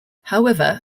however